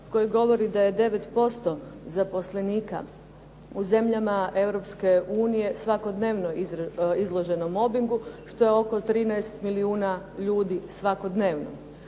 koji govori da je 9% zaposlenika u zemljama Europske unije svakodnevno izloženo mobingu što je oko 13 milijuna ljudi svakodnevno.